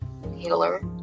healer